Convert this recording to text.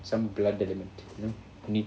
some blood element you know meat